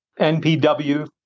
NPW